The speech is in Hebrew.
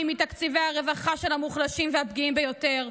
מתקציבי הרווחה של המוחלשים והפגיעים ביותר,